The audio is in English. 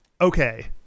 okay